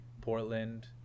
portland